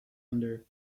under